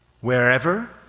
wherever